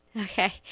Okay